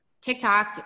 TikTok